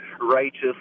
righteous